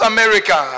America